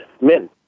men